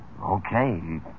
okay